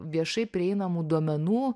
viešai prieinamų duomenų